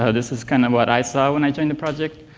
so this is kind of what i saw when i joined the project.